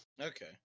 Okay